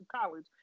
college